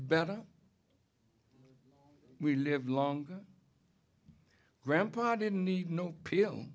better we live longer grandpa didn't need no peel